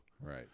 Right